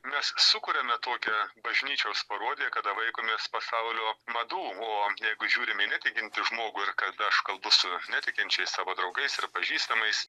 mes sukuriame tokią bažnyčios parodiją kada vaikomės pasaulio madų o jeigu žiūrim į netikintį žmogų ir kad aš kalbu su netikinčiais savo draugais ir pažįstamais